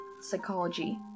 psychology